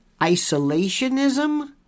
isolationism